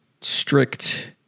Strict